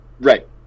Right